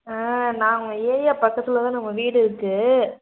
ஆ நான் உங்கள் ஏரியா பக்கத்தில் தான் நம்ம வீடு இருக்குது